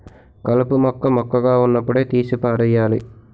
కలుపు మొక్క మొక్కగా వున్నప్పుడే తీసి పారెయ్యాలి